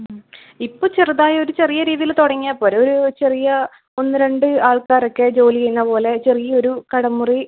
ഇപ്പോൾ ചെറുതായി ഒരു ചെറിയ രീതിയിൽ തുടങ്ങിയാൽ പോരെ ഒരു ചെറിയ ഒന്ന് രണ്ട് ആൾക്കാരൊക്കെ ജോലി ചെയ്യുന്ന പോലെ ചെറിയൊരു കടമുറി എടുക്കുക